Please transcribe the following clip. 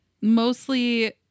Mostly